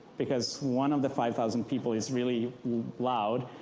because one of the five thousand people is really loud.